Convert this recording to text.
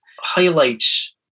highlights